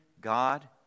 God